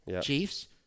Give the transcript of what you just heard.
Chiefs